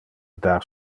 dar